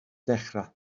dechrau